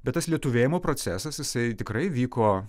bet tas lietuvėjimo procesas jisai tikrai vyko